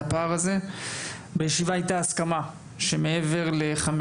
בישיבה הייתה הסכמה שמעבר לחמישה ימי לימוד